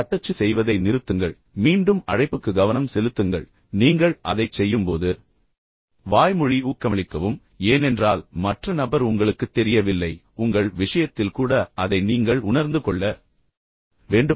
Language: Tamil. தட்டச்சு செய்வதை நிறுத்துங்கள் மீண்டும் அழைப்புக்கு கவனம் செலுத்துங்கள் நீங்கள் அதைச் செய்யும்போது வாய்மொழி ஊக்கமளிக்கவும் ஏனென்றால் மற்ற நபர் உங்களுக்குத் தெரியவில்லை உங்கள் விஷயத்தில் கூட அதை நீங்கள் உணர்ந்து கொள்ள வேண்டும்